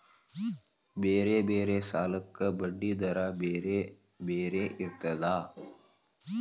ಬೇರೆ ಬೇರೆ ಸಾಲಕ್ಕ ಬಡ್ಡಿ ದರಾ ಬೇರೆ ಬೇರೆ ಇರ್ತದಾ?